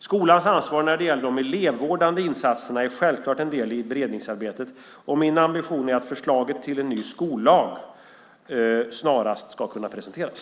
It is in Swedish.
Skolans ansvar när det gäller de elevvårdande insatserna är självklart en del i beredningsarbetet, och min ambition är att förslaget till en ny skollag snarast ska kunna presenteras.